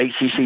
ACC